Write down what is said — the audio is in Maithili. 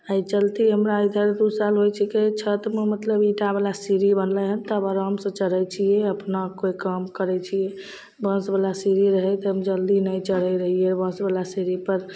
एहि चलिते हमरा इधर दुइ साल होइ छिकै छतमे मतलब ईंटावला सीढ़ी बनलै हँ तब आरामसँ चढ़ै छी अपना कोइ काम करै छी बाँसवला सीढ़ी रहै तब जल्दी नहि चढ़ै रहिए बाँसवला सीढ़ीपर